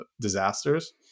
disasters